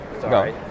sorry